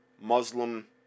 Muslim